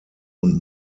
und